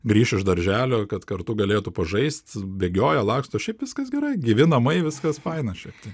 grįš iš darželio kad kartu galėtų pažaist bėgioja laksto šiaip viskas gerai gyvi namai viskas faina šiaip tai